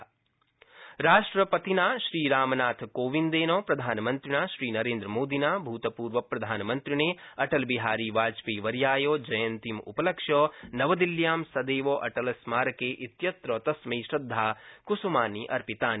वाजपेयी श्रद्धांजलि राष्ट्रपतिना श्रीरामनाथकोविंदेन प्रधानमंत्रिणा श्रीनरेन्द्रमोदिना भृतपर्वप्रधानमन्त्रिणे अटलबिहारीवाजपेयीवर्याय जयन्तीम् उपलक्ष्य नवदिल्ल्यां सदैव अटल स्मारके इत्यत्र तस्मै श्रद्धास्मनानि अर्पिताति